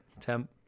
Temp